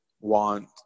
want